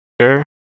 sure